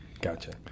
Gotcha